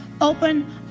Open